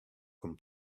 comme